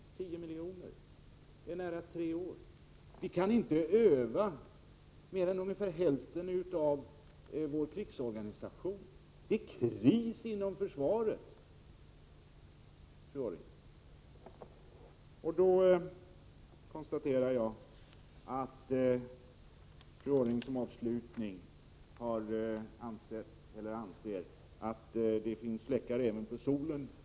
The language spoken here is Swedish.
Varje år kostar ungefär 10 miljoner. Vi kan i dag inte öva mer än ungefär hälften av vår krigsorganisation. Det är kris inom försvaret, fru Orring. Jag konstaterar att fru Orring som avslutning säger att det finns fläckar även på solen.